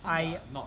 I